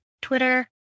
Twitter